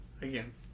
again